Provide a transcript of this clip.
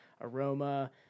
aroma